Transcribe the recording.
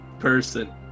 Person